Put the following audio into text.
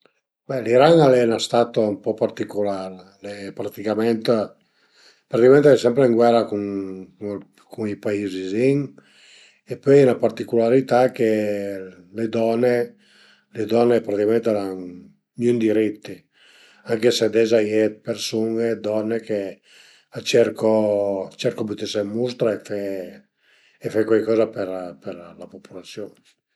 Sicürament cuaich cuaich giöch al computer tipo tupo cul li dë nen d'asiun, ma cul li di simulatori, simulator, tipo simulatur d'voli o macchine, ma sempre comuncue videogiögh